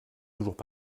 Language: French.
toujours